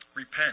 Repent